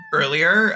earlier